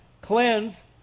cleanse